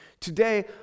today